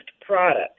product